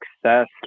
success